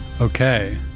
Okay